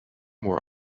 were